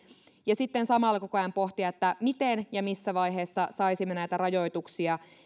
ja sitten samalla koko ajan pohtia miten ja missä vaiheessa saisimme näitä rajoituksia